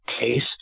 case